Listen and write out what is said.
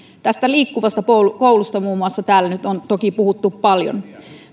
tästä liikkuvasta koulusta muun muassa täällä nyt on toki puhuttu paljon